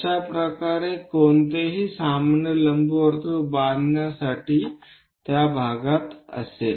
अशा प्रकारे कोणीही सर्वसामान्य लंबवर्तुळ बनवू शकतो